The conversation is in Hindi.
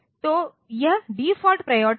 तो यह डिफ़ॉल्ट प्रायोरिटी है